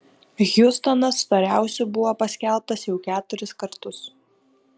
hjustonas storiausiu buvo paskelbtas jau keturis kartus